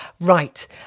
Right